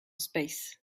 space